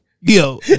Yo